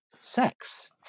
sex